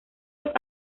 los